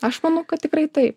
aš manau kad tikrai taip